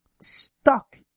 stuck